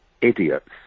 idiots